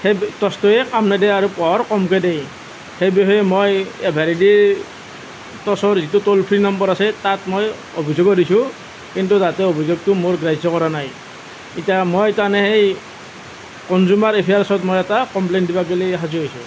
সেই টৰ্চটোৱে কাম নিদিয়ে আৰু পোহৰ কমকৈ দিয়ে সেই বিষয়ে মই এভাৰেডি টৰ্চৰ যিটো টোল ফ্ৰি নাম্বাৰ আছে তাত মই অভিযোগো দিছোঁ কিন্তু তাতে অভিযোগটো মোৰ গ্ৰাহ্য কৰা নাই এতিয়া মই তাৰমানে সেই কনজুমাৰ এফেয়াৰ্চত মই এটা কমপ্লেইন দিবলৈ সাজু হৈছোঁ